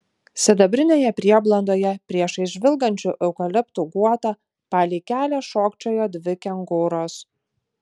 sidabrinėje prieblandoje priešais žvilgančių eukaliptų guotą palei kelią šokčiojo dvi kengūros